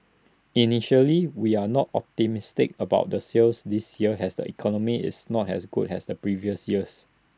initially we are not optimistic about the sales this year as the economy is not as good as previous years